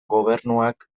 gobernuak